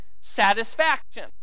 satisfaction